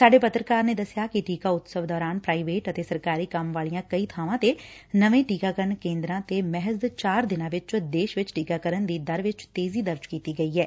ਸਾਡੇ ਪੱਤਰਕਾਰ ਨੇ ਦਸਿਆ ਕਿ ਟੀਕਾ ਉਤਸਵ ਦੌਰਾਨ ਪ੍ਰਾਈਵੇਟ ਅਤੇ ਸਰਕਾਰੀ ਕੰਮ ਵਾਲੀਆ ਕਈ ਬਾਵਾਂ ਤੇ ਨਵੇਂ ਟੀਕਾਕਰਨ ਕੇਂਦਰਾਂ ਤੇ ਮਹਿਜ਼ ਚਾਰ ਦਿਨਾਂ ਚ ਦੇਸ਼ ਵਿਚ ਟੀਕਾਕਰਨ ਦੀ ਦਰ ਵਿਚ ਤੇਜ਼ੀ ਦਰਜ਼ ਕੀਤੀ ਗਈ ਐ